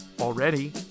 already